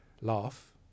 laugh